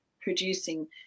producing